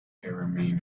remained